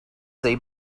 they